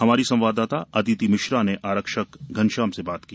हमारी संवावददाता अदिति मिश्रा ने आरक्षक घनश्याम से बात की